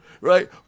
right